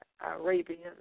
Arabians